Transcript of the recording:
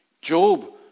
Job